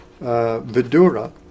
vidura